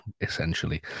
essentially